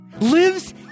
lives